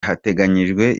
hateganyijwe